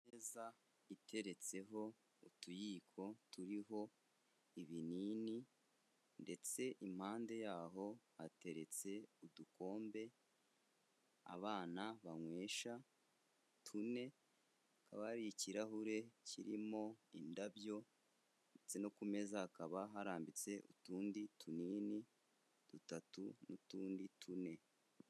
Imeza iteretseho utuyiko turiho ibinini ndetse impande yaho hateretse udukombe abana banywesha tune, hakaba hari ikirahure kirimo indabyo ndetse no ku meza hakaba harambitse utundi tunini dutatu n'utundi tune.